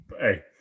hey